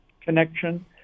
connection